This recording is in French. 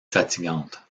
fatigante